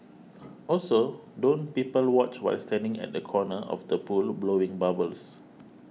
also don't people watch while standing at the corner of the pool blowing bubbles